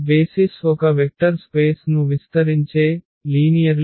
basis ఒక vector space ను విస్తరించే సరళ స్వతంత్ర సమితి